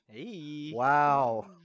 Wow